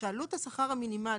שעלות השכר המינימלית,